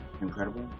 Incredible